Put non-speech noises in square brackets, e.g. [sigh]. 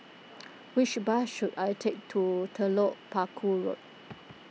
[noise] which bus should I take to Telok Paku Road